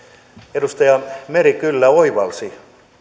edustaja meri kyllä oivalsi